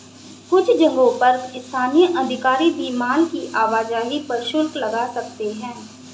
कुछ जगहों पर स्थानीय अधिकारी भी माल की आवाजाही पर शुल्क लगा सकते हैं